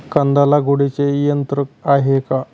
कांदा लागवडीचे यंत्र आहे का?